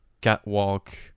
catwalk